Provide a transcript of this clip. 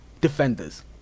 Defenders